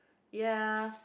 ya